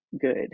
good